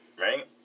Right